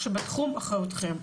שבתחום אחריותכם?